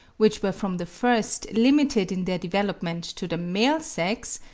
which were from the first limited in their development to the male sex,